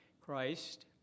Christ